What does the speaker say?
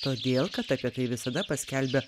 todėl kad apie tai visada paskelbia